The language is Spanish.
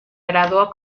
graduó